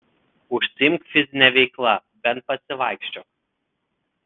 užsiimk fizine veikla bent pasivaikščiok